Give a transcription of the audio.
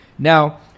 Now